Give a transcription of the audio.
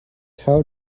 how